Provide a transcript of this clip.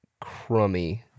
crummy